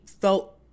felt